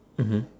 mmhmm